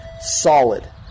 solid